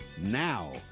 now